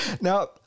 Now